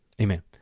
amen